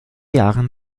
jahren